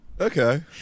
Okay